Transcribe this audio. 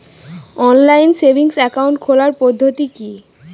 Online savings account খোলার পদ্ধতি কি?